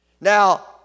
Now